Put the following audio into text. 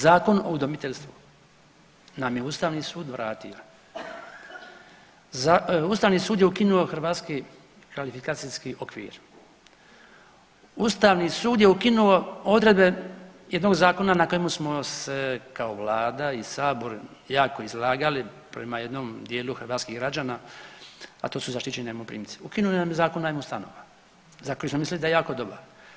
Zakon o udomiteljstvu nam je ustavni sud vratio, ustavni sud je ukinuo hrvatski kvalifikacijski okvir, ustavni sud je ukinuo odredbe jednog zakona na kojemu smo se kao vlada i sabor jako izlagali prema jednom dijelu hrvatskih građana, a to su zaštićeni najmoprimci, ukinuli nam Zakon o najmu stanova za koji smo mislili da je jako dobar.